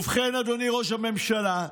ובכן, אדוני ראש הממשלה,